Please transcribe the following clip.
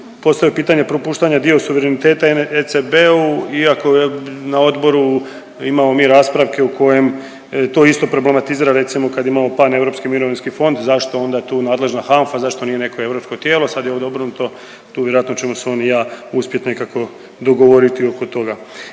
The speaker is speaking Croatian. postavio pitanje propuštanja dio suvereniteta …/Govornik se ne razumije./… iako je na odboru imamo mi raspravke u kojem to isto problematizira recimo kad imamo paneuropski mirovinski fond zašto je onda tu nadležna HANFA, zašto nije neko europsko tijelo. Sad je ovdje obrnuto. Tu vjerojatno ćemo se on i ja uspjeti nekako dogovoriti oko toga.